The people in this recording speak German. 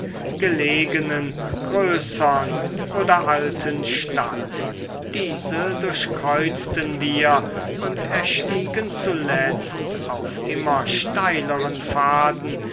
gelegenen größern oder alten stadt diese durchkreuzten wir und erstiegen zuletzt auf immer steileren pfaden